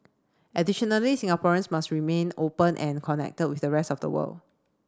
additionally Singaporeans must remain open and connected with the rest of the world